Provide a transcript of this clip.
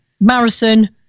marathon